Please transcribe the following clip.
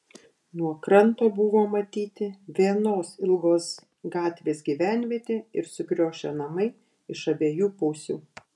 nuo kranto buvo matyti vienos ilgos gatvės gyvenvietė ir sukriošę namai iš abiejų pusių